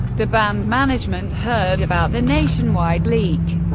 the band management heard about the nationwide leak,